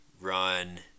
run